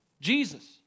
Jesus